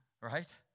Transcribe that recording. Right